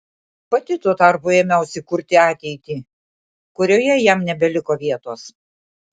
pati tuo tarpu ėmiausi kurti ateitį kurioje jam nebeliko vietos